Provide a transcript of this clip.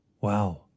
Wow